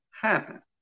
happen